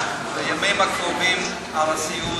בימים הקרובים משא-ומתן על הסיעוד,